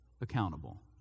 accountable